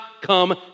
come